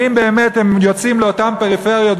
האם באמת הם יוצאים לאותן פריפריות,